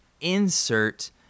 insert